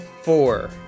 four